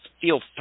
feel